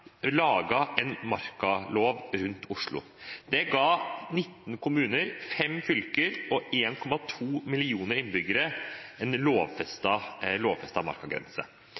en markalov for Oslo og områdene rundt. Det ga 19 kommuner, 5 fylker og 1,2 millioner innbyggere en lovfestet markagrense.